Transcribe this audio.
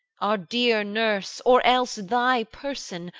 our dear nurse, or else thy person,